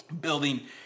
building